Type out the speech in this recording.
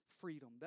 freedom